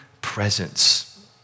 presence